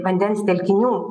vandens telkinių